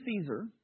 Caesar